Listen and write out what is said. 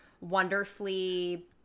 wonderfully